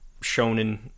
shonen